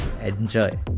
Enjoy